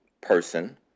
person